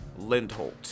lindholt